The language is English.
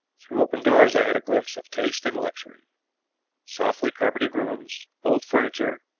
through open doors i had a glimpse of taste and luxury softly carpeted rooms, old furniture,